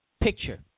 picture